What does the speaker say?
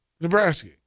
Nebraska